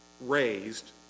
raised